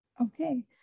okay